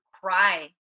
cry